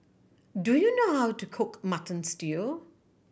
do you know how to cook Mutton Stew